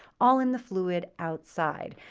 all in the fluid outside.